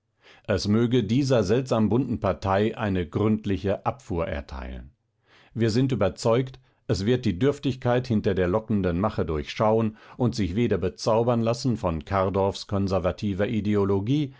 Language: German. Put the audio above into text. es möge dieser seltsam bunten partei eine gründliche abfuhr erteilen wir sind überzeugt es wird die dürftigkeit hinter der lockenden mache durchschauen und sich weder bezaubern lassen von kardorffs konservativer ideologie